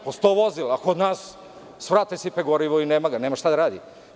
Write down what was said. Po sto vozila, a kod nas svrate, sipaju gorivo i nama ih, nemaju šta da rade.